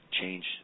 change